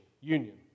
union